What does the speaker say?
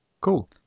Cool